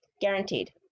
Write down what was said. Guaranteed